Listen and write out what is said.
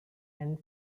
and